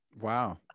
Wow